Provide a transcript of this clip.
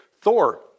Thor